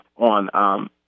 on